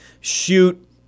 shoot